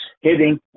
hitting